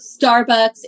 starbucks